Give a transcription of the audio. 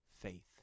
faith